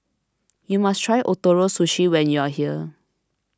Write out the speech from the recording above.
you must try Ootoro Sushi when you are here